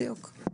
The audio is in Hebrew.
בדיוק.